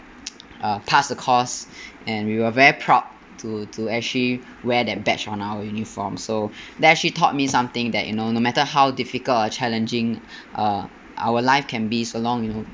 uh pass the course and we were very proud to to actually wear that badge on our uniform so that actually taught me something that you know no matter how difficult or challenging uh our life can be so long you know